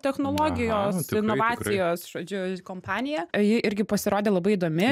technologijos inovacijos žodžiu kompanija ji irgi pasirodė labai įdomi